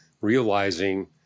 realizing